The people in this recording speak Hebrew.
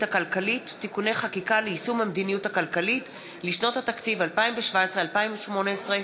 הכלכלית (תיקוני חקיקה ליישום המדיניות הכלכלית לשנות התקציב 2017 ו-2018),